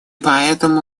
поэтому